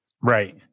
Right